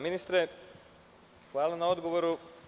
Ministre, hvala na odgovoru.